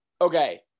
Okay